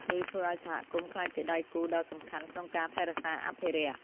នេះធ្វើឱ្យសហគមន៍ក្លាយជាដៃគូដ៏សំខាន់ក្នុងការថែរក្សាអភិរក្ស។